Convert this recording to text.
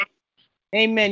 Amen